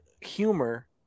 humor